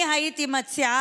אני רק הייתי מציעה: